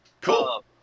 Cool